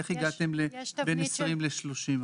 איך הגעתם למספרים האלה.